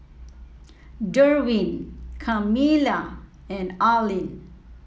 Derwin Camila and Arlene